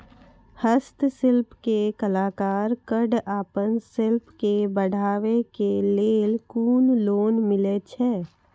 हस्तशिल्प के कलाकार कऽ आपन शिल्प के बढ़ावे के लेल कुन लोन मिलै छै?